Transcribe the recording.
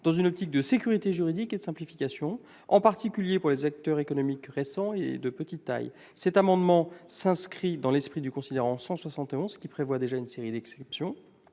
dans une optique de sécurité juridique et de simplification, en particulier pour les acteurs économiques récents et de petite taille. Cet amendement s'inscrit dans l'esprit du considérant 171, qui prévoit déjà une série d'exceptions